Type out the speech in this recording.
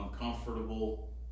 uncomfortable